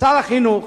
שר החינוך,